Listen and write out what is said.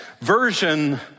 version